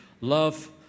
love